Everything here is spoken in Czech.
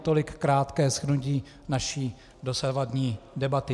Tolik krátké shrnutí naší dosavadní debaty.